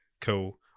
cool